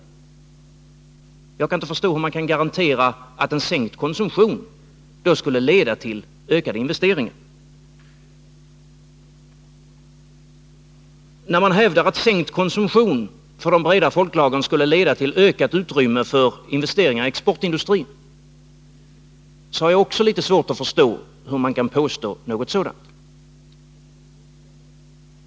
Jag kan inte förstå hur man kan garantera att en sänkt konsumtion skulle leda till ökade investeringar. Man hävdar vidare att sänkt konsumtion för de breda folklagren skulle leda till ökat utrymme för investeringar i exportindustrin, men jag har litet svårt att förstå hur man kan påstå något sådant.